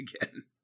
again